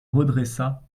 redressa